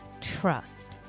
trust